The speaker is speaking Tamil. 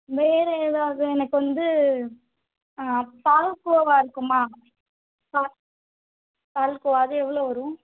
வேறு ஏதாவது எனக்கு வந்து பால்கோவா இருக்குமா பால் பால்கோவா அது எவ்வளோ வரும்